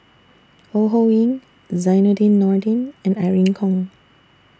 Ho Ho Ying Zainudin Nordin and Irene Khong